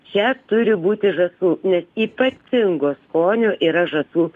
čia turi būti žąsų nes ypatingo skonio yra žąsų